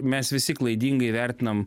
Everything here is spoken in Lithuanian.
mes visi klaidingai įvertinam